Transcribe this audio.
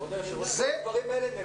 זה לא נאמר על ידנו.